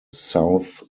south